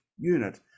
unit